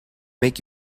make